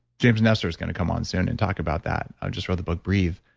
james nestor is going to come on soon and talk about that. i've just read the book breath.